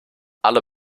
alle